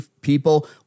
people